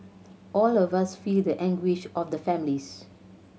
all of us feel the anguish of the families